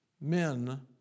men